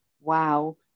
wow